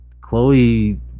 Chloe